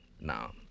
Now